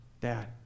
Dad